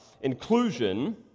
inclusion